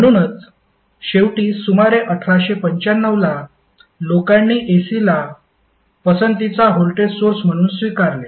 म्हणूनच शेवटी सुमारे 1895 ला लोकांनी AC ला पसंतीचा व्होल्टेज सोर्स म्हणून स्वीकारले